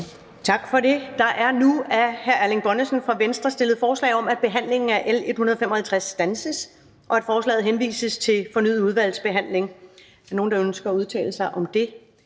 Tak for det. Der er nu af hr. Erling Bonnesen fra Venstre stillet forslag om, at behandlingen af L 155 standses, og at forslaget henvises til fornyet udvalgsbehandling. Er der nogen, der ønsker at udtale sig om det?